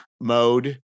mode